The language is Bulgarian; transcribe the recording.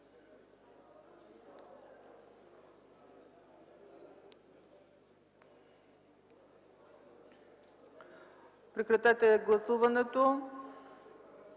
прекратете гласуването.